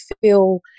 feel